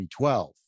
2012